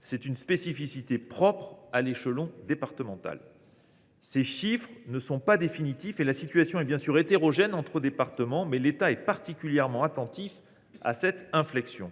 c’est une spécificité propre à l’échelon départemental. Bien que ces chiffres ne soient pas définitifs et que la situation soit bien sûr hétérogène entre départements, l’État est particulièrement attentif à une telle inflexion.